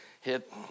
hit